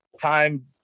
time